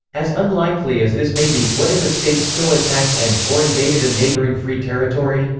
as unlikely as this may be, what if a state still attacked and or invaded a neighboring free territory?